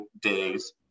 days